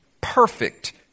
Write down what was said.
perfect